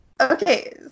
Okay